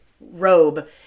robe